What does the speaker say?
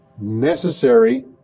necessary